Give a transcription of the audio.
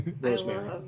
Rosemary